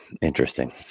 Interesting